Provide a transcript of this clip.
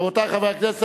רבותי חברי הכנסת,